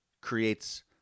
creates